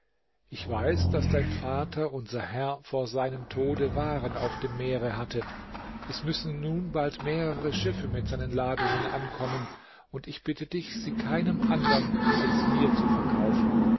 ich weiß daß dein vater unser herr vor seinem tode waren auf dem meere hatte es müssen nun bald mehrere schiffe mit seinen ladungen ankommen und ich bitte dich sie keinem andern als mir zu verkaufen